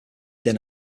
than